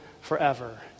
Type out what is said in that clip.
forever